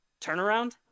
turnaround